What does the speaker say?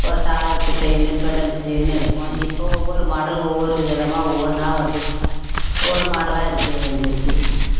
ஒரு டாலர் வச்ச chain pendant வச்ச செயினுனு எடுப்போம் இப்போ ஒவ்வொரு மாடலும் ஒவ்வொரு விதமாக ஒவ்வொன்னா வருது ஒவ்வொரு மாடலாக எடுக்க வேண்டி இருக்குது